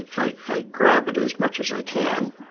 i i grab it as much as i can